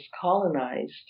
colonized